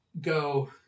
go